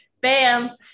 bam